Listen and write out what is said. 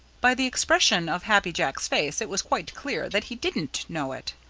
by the expression of happy jack's face it was quite clear that he didn't know it.